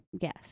Yes